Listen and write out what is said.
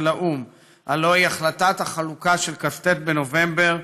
הלוא היא החלטת החלוקה של כ"ט בנובמבר,